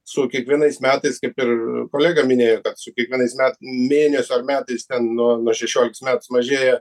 su kiekvienais metais kaip ir kolega minėjo kad su kiekvienais mėnesiu ar metais ten nuo nuo šešiolikos metų mažėja